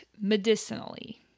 medicinally